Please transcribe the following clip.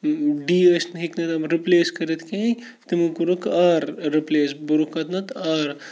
D ٲسۍ نہٕ ہیٚکۍ نہٕ تِم رِپلیس کٔرِتھ کِہیٖنۍ تِمو کوٚرُکھ آر رِپلیس بوٚرُکھَنَتھ آر